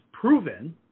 proven